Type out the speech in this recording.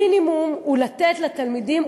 המינימום הוא לתת לתלמידים,